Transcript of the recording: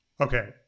Okay